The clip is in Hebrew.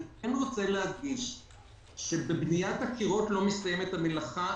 אני רוצה להדגיש שבבניית הקירות לא מסתיימת המלאכה.